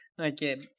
okay